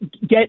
get